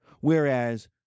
Whereas